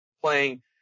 playing